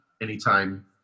anytime